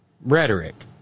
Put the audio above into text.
rhetoric